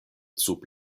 sub